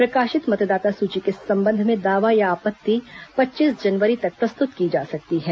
प्रकाशित मतदाता सूची के संबंध में दावा या आपत्ति पच्चीस जनवरी तक प्रस्तुत की जा सकती है